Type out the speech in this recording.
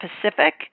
Pacific